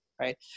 right